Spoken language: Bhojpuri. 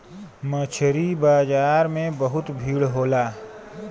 मछरी बाजार में बहुत भीड़ होला